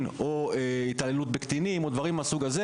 או התעללות בקטינים או דברים מהסוג הזה